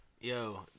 Yo